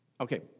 Okay